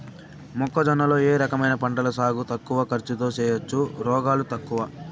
మొక్కజొన్న లో ఏ రకమైన పంటల సాగు తక్కువ ఖర్చుతో చేయచ్చు, రోగాలు తక్కువ?